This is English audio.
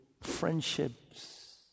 friendships